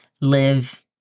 live